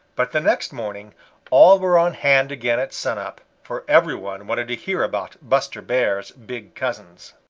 but the next morning all were on hand again at sun-up, for every one wanted to hear about buster bear's big cousins.